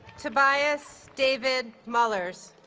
tobias david muellers